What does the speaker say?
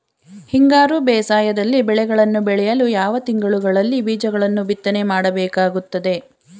ಹಿಂಗಾರು ಬೇಸಾಯದಲ್ಲಿ ಬೆಳೆಗಳನ್ನು ಬೆಳೆಯಲು ಯಾವ ತಿಂಗಳುಗಳಲ್ಲಿ ಬೀಜಗಳನ್ನು ಬಿತ್ತನೆ ಮಾಡಬೇಕಾಗುತ್ತದೆ?